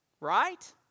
right